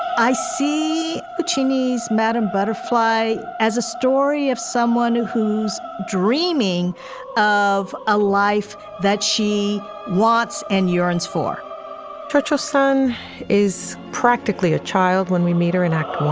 i see the chinese madam butterfly as a story of someone who's dreaming of a life that she wants and yearns for purchase son is practically a child when we meet her in act one